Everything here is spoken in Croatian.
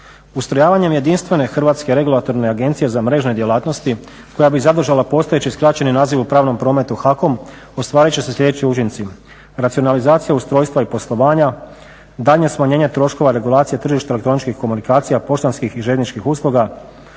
Ustrojavanjem jedinstvene Hrvatske regulatorne agencije za mrežne djelatnosti koja bi zadržala postojeći skraćeni naziv u pravnom prometu HAKOM ostvarit će se sljedeći učinci: racionalizacija ustrojstva i poslovanja, daljnje smanjenje troškova regulacije tržišta elektroničkih komunikacija, poštanskih i željezničkih usluga,